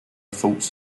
thoughts